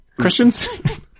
Questions